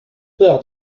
peur